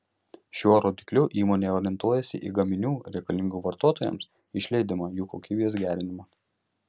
šiuo rodikliu įmonė orientuojasi į gaminių reikalingų vartotojams išleidimą jų kokybės gerinimą